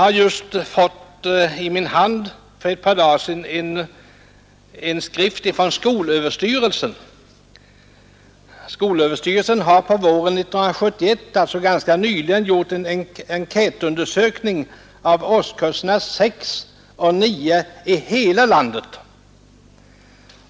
För ett par dagar sedan fick jag i min hand en skrift från skolöverstyrelsen. Skolöverstyrelsen har på våren 1971 — alltså ganska nyligen — gjort en enkätundersökning av årskurserna 6 och 9 i hela landet.